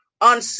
on